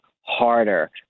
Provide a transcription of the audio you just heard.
harder